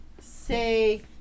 say